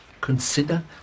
Consider